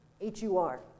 H-U-R